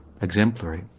exemplary